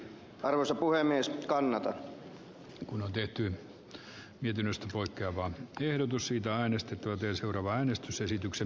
arvoisa puhemies kannata kun on tehty viidennestä poikkeavaa ehdotus siitä äänestetty joten seuraava äänestysesityksen